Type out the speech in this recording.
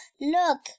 Look